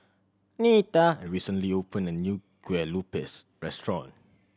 Netta recently opened a new Kueh Lopes restaurant